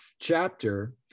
chapter